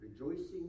rejoicing